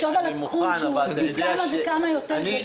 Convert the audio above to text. חשוב על הסכום שהוא פי כמה וכמה יותר גדול.